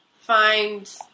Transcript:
find